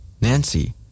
Nancy